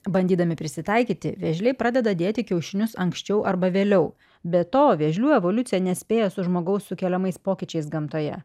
bandydami prisitaikyti vėžliai pradeda dėti kiaušinius anksčiau arba vėliau be to vėžlių evoliucija nespėja su žmogaus sukeliamais pokyčiais gamtoje